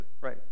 right